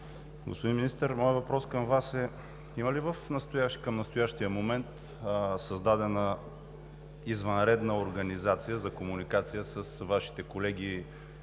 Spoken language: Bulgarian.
Господин Министър, моят въпрос към Вас е: има ли към настоящия момент създадена извънредна организация за комуникация с Вашите колеги